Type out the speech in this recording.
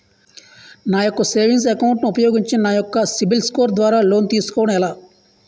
నేను నా savings account ను ఉపయోగించి నా యెక్క సిబిల్ స్కోర్ ద్వారా లోన్తీ సుకోవడం ఎలా?